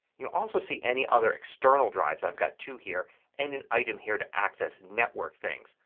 you'll also see any other external drives. i've got two here and an item here to access network things.